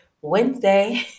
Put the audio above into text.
Wednesday